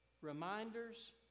reminders